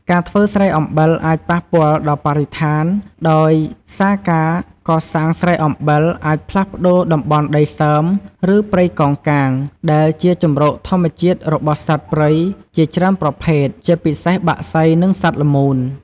ការធ្វើស្រែអំបិលអាចប៉ះពាល់ដល់បរិស្ថាន ដោយសារការកសាងស្រែអំបិលអាចផ្លាស់ប្តូរតំបន់ដីសើម ឬព្រៃកោងកាង ដែលជាជម្រកធម្មជាតិរបស់សត្វព្រៃជាច្រើនប្រភេទ ជាពិសេសបក្សី និងសត្វល្មូន។